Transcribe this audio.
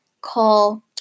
call